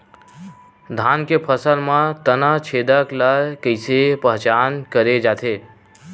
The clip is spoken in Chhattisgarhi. धान के फसल म तना छेदक ल कइसे पहचान करे जाथे?